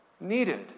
needed